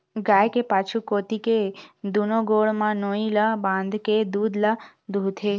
गाय के पाछू कोती के दूनो गोड़ म नोई ल बांधे के दूद ल दूहूथे